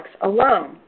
alone